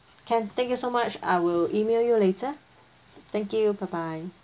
can thank you so much I will E-mail you later thank you bye bye